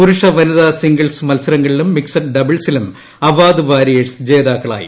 പുരുഷ വനിതാ സിംഗിൾസ് മൽസരങ്ങളിലും മിക്സഡ് ഡബിൾസിലും അവാദ് വാരിയേഴ്സ് ജേതാക്കളായി